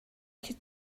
could